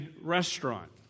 restaurant